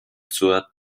zur